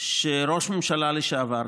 שראש ממשלה לשעבר,